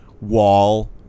Wall